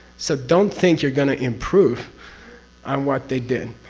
so don't think you're going to improve on what they did.